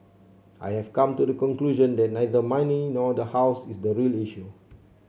I have come to the conclusion that neither money nor the house is the real issue